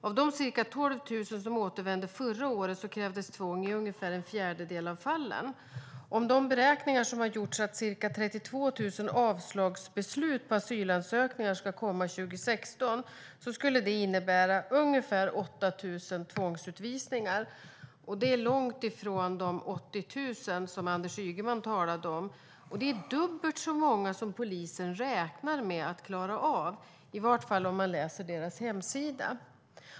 Av de ca 12 000 som återvände förra året krävdes tvång i ungefär en fjärdedel av fallen. Enligt de beräkningar som har gjorts av att det blir ca 32 000 avslagsbeslut på asylansökningar 2016 skulle det innebära ungefär 8 000 tvångsutvisningar. Det är långt ifrån de 80 000 som Anders Ygeman talat om, och det är dubbelt så många som polisen räknar med att klara av, i vart fall enligt deras hemsida.